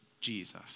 Jesus